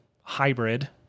hybrid